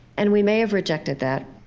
and we may have rejected that.